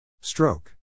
Stroke